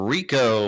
Rico